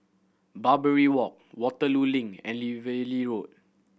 Barbary Walk Waterloo Link and Valley Road